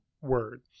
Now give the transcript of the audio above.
word